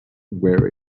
wear